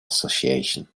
association